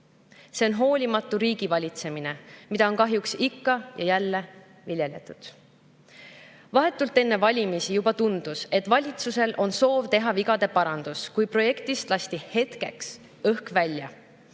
See on hoolimatu riigivalitsemine, mida on kahjuks ikka ja jälle viljeletud. Vahetult enne valimisi juba tundus, et valitsusel on soov teha vigade parandus, kui projektist lasti hetkeks õhk välja.